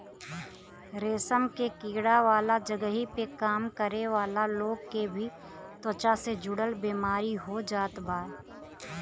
रेशम के कीड़ा वाला जगही पे काम करे वाला लोग के भी त्वचा से जुड़ल बेमारी हो जात बा